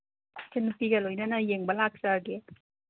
ꯏꯆꯟꯅꯨꯄꯤꯒ ꯂꯣꯏꯅꯅ ꯌꯦꯡꯕ ꯂꯥꯛꯆꯒꯦ